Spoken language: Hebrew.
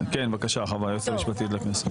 היועצת המשפטית, בבקשה.